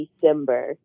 december